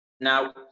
now